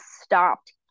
stopped